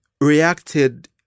reacted